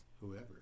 whoever